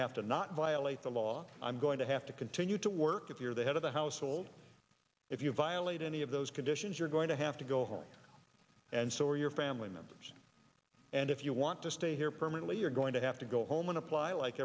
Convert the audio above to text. have to not violate the law i'm going to have to continue to work if you're the head of the household if you violate any of those conditions you're going to have to go home and so are your family members and if you want to stay here permanently you're going to have to go home and apply like